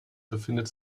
befindet